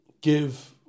give